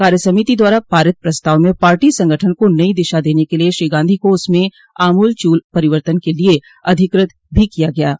कार्य समिति द्वारा पारित प्रस्ताव में पार्टी संगठन को नई दिशा देने के लिये श्री गांधी को उसमें आमूल चूल परिवर्तन के लिये अधिकृत भी किया गया है